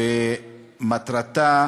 ומטרתה